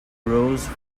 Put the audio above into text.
rose